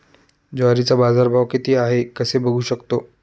ज्वारीचा बाजारभाव किती आहे कसे बघू शकतो?